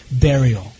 burial